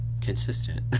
consistent